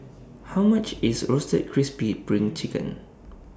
How much IS Roasted Crispy SPRING Chicken